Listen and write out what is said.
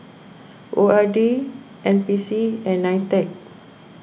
O R D N P C and Nitec